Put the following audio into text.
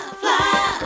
fly